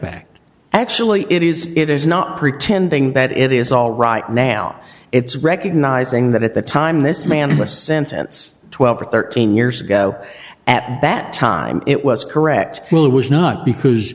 back actually it is it is not pretending that it is all right now it's recognizing that at the time this man has sentence twelve or thirteen years ago at that time it was correct well it was not because